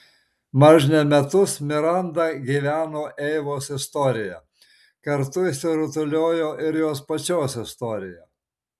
mažne metus miranda gyveno eivos istorija kartu išsirutuliojo ir jos pačios istorija